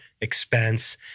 expense